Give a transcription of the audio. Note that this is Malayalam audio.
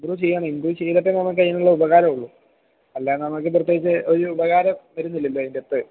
ഇമ്പ്രൂവ് ചെയ്യാനാണ് ഇമ്പ്രൂവ് ചെയ്തിട്ടേ നമുക്കതിനുള്ള ഉപകാരമുള്ളു അല്ലാതെ നമുക്ക് പ്രത്യേകിച്ചു ഒരു ഉപകാരം വരുന്നില്ലല്ലോ അതിൻ്റകത്ത്